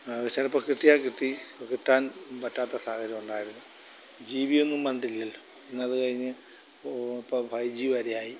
അത് ചിലപ്പം കിട്ടിയാൽ കിട്ടി കിട്ടാൻ പറ്റാത്ത സാഹചര്യം ഉണ്ടായിരുന്നു ജി ബി ഒന്നും പണ്ടില്ലല്ലോ ഇന്നത് കഴിഞ്ഞ് ഇപ്പം ഫൈവ് ജി വരെയായി